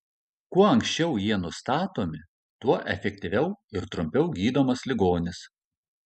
kuo anksčiau jie nustatomi tuo efektyviau ir trumpiau gydomas ligonis